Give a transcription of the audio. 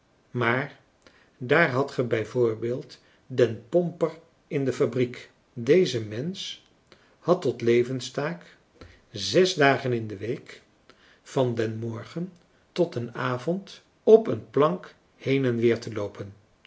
maar daar hadt ge bijvoorbeeld den pomper in de fabriek deze mensch had tot levenstaak zes dagen in de week van den morgen tot den avond op een plank heen en weer te loopen